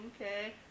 Okay